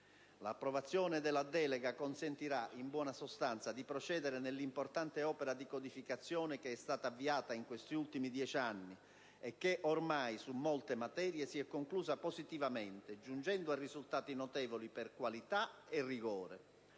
L'approvazione della delega consentirà in sostanza di procedere nell'importante opera di codificazione che è stata avviata negli ultimi dieci anni e che, ormai su molte materie, si è conclusa positivamente, giungendo a risultati notevoli per qualità e rigore.